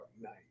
Night